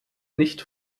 nicht